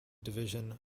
division